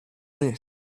this